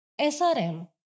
SRM